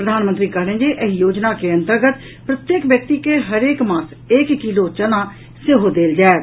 प्रधानमंत्री कहलनि जे एहि योजना के अन्तर्गत प्रति व्यक्ति के हरेक मास एक किलो चना सेहो देल जायत